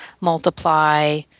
multiply